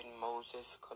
Moses